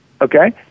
okay